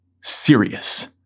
serious